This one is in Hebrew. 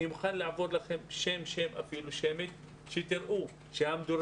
אני מוכן לעבור אתכם על כל השמות כדי שתראו שהמדורגים